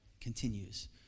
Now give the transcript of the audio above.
continues